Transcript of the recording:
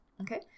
okay